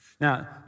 Now